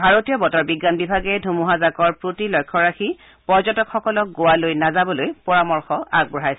ভাৰতীয় বতৰ বিজ্ঞান বিভাগে ধুমুহাজাকৰ প্ৰতি লক্ষ্য ৰাখি পৰ্য্যটকসকলক গোৱালৈ নাযাবলৈ পৰামৰ্শ আগবঢ়াইছে